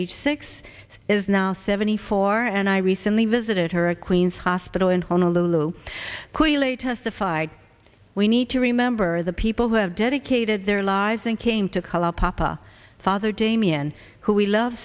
age six is now seventy four and i recently visited her a queens hospital in honolulu queally testified we need to remember the people who have dedicated their lives and came to color papa father damien who we love